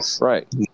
Right